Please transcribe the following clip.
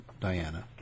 Diana